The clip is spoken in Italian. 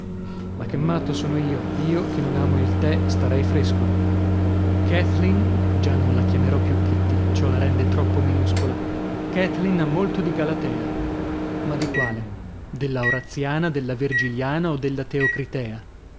ma che matto son io io che non amo il tè starei fresco kathleen già non la chiamerò più kitty ciò la rende troppo minuscola kathleen ha molto di galatea ma di quale della oraziana della virgiliana o della teocritèa